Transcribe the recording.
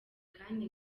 kandi